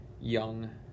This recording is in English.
young